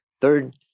Third